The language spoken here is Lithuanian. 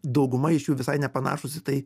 dauguma iš jų visai nepanašūs į tai